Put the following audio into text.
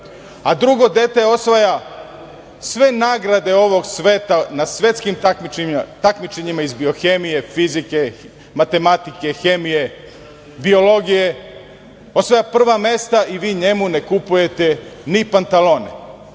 a drugo dete osvaja sve nagrade ovog sveta na svetskim takmičenjima iz biohemije, fizike, matematike, hemije, biologije, osvaja prva mesta i vi njemu ne kupujete ni pantalone.